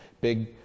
big